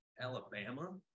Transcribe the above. Alabama